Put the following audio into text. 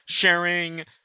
sharing